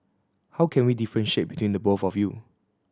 how can we differentiate between the both of you